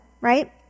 right